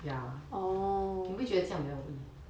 ya 你会不会觉得这样比较容易